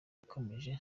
yakomeje